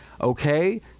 okay